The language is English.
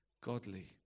godly